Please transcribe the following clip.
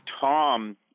Tom